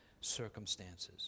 circumstances